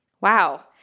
Wow